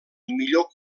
millor